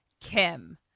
Kim